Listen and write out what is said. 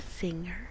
singer